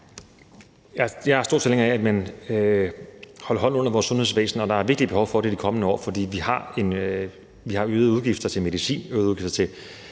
Jeg er en stor tilhænger af, at man holder hånden under vores sundhedsvæsen, og der er virkelig et behov for det i de kommende år. For vi har øgede udgifter til medicin og øgede udgifter til